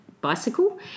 bicycle